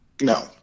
No